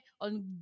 On